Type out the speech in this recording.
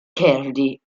kerry